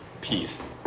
peace